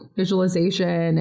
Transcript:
visualization